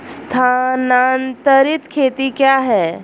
स्थानांतरित खेती क्या है?